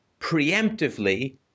preemptively